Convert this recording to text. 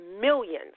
millions